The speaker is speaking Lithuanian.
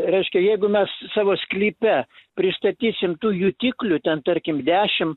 reiškia jeigu mes savo sklype pristatysim tų jutiklių ten tarkim dešim